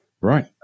right